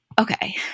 Okay